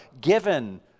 given